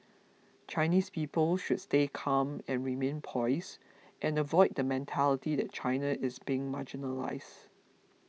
Chinese people should stay calm and remain poised and avoid the mentality that China is being marginalised